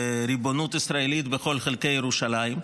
עם ריבונות ישראלית בכל חלקי ירושלים.